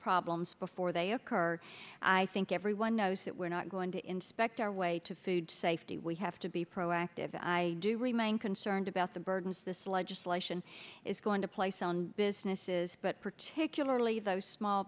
problems before they occur i think everyone knows that we're not going to inspect our way to food safety we have to be proactive and i do remain concerned about the burdens this legislation is going to place on businesses but particularly those small